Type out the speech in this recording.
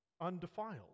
Undefiled